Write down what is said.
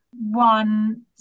one